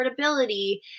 affordability